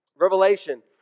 Revelation